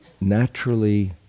naturally